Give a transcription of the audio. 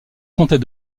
comtés